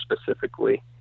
specifically